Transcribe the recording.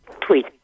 tweet